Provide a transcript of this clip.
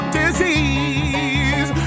disease